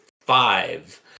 five